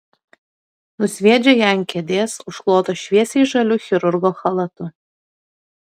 nusviedžia ją ant kėdės užklotos šviesiai žaliu chirurgo chalatu